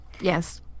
Yes